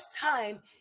time